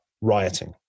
rioting